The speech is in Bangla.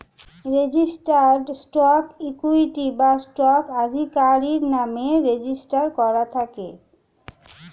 রেজিস্টার্ড স্টক ইকুইটি বা স্টক আধিকারির নামে রেজিস্টার করা থাকে